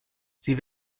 sie